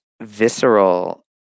visceral